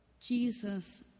Jesus